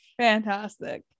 fantastic